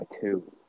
two